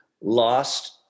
lost